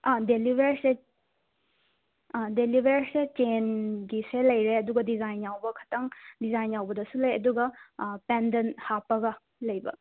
daily wears daily ꯋꯦꯌꯔꯁꯦ ꯆꯦꯟꯒꯤꯁꯦ ꯂꯩꯔꯦ ꯑꯗꯨꯒ ꯗꯤꯖꯥꯏꯟ ꯌꯥꯎꯕ ꯈꯇꯪ ꯗꯤꯖꯥꯏꯟ ꯌꯥꯎꯕꯗꯁꯨ ꯂꯩ ꯑꯗꯨꯒ ꯄꯦꯟꯗꯦꯟ ꯍꯥꯞꯄꯒ ꯂꯩꯕ